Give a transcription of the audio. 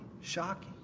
shocking